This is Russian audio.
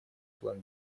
план